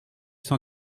cent